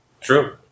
True